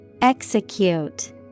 Execute